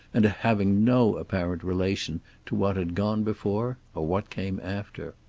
and having no apparent relation to what had gone before or what came after.